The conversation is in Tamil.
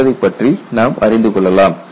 என்பதைப் பற்றி நாம் அறிந்து கொள்ளலாம்